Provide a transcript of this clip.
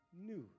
new